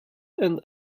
and